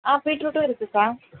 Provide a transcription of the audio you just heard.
ஆ பீட்ரூட்டும் இருக்குதுக்கா